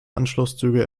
anschlusszüge